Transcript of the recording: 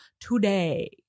today